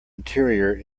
interior